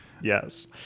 yes